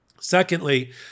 Secondly